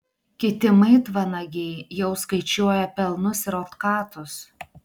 kiti maitvanagiai jau skaičiuoja pelnus ir otkatus